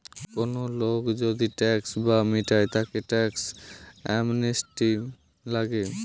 কোন লোক যদি ট্যাক্স না মিটায় তাকে ট্যাক্স অ্যামনেস্টি লাগে